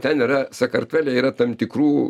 ten yra sakartvele yra tam tikrų